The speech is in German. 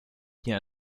hier